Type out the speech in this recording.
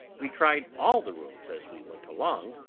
we tried all the rooms as we went along,